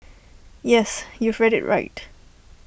yes you've read IT right